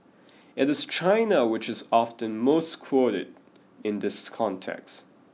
it is China which is often most quoted in this context